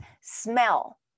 smell